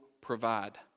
provide